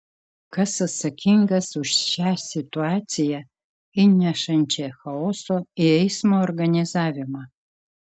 kas atsakingas už šią situaciją įnešančią chaoso į eismo organizavimą